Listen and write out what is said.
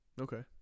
Okay